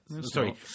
Sorry